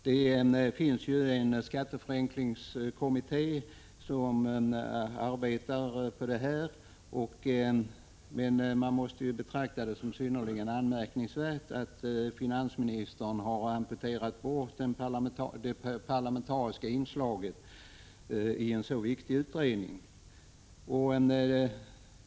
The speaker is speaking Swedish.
Det finns en skatteförenklingskommitté som arbetar med denna fråga. Man måste emellertid betrakta det som synnerligen anmärkningsvärt att finansministern har amputerat bort det parlamentariska inslaget i en sådan viktig utredning.